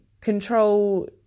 control